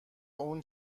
اون